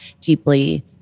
deeply